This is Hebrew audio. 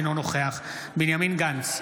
אינו נוכח בנימין גנץ,